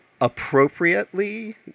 appropriately